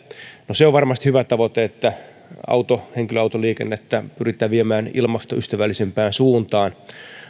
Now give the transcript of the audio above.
se on varmasti hyvä tavoite että henkilöautoliikennettä pyritään viemään ilmastoystävällisempään suuntaan